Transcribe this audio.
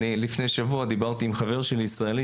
לפני שבוע דיברתי עם חבר שלי ישראלי